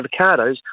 avocados